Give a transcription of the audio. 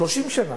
30 שנה,